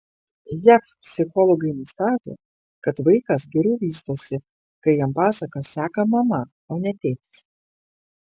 jav psichologai nustatė kad vaikas geriau vystosi kai jam pasakas seka mama o ne tėtis